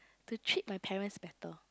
to treat my parents better